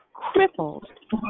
crippled